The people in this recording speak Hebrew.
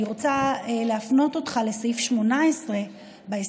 אני רוצה להפנות אותך לסעיף 18 בהסכמים